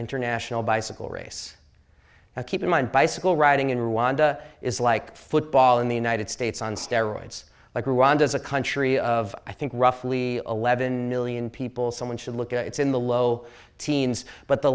international bicycle race and keep in mind bicycle riding in rwanda is like football in the united states on steroids like rwanda is a country of i think roughly eleven million people someone should look at it's in the low teens but the